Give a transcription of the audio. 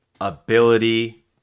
ability